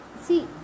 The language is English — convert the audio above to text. see